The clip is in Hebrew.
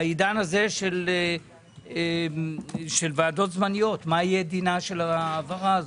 בעידן הזה של ועדות זמניות מה יהיה דינה של ההעברה הזאת?